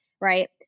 right